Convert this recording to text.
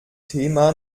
thema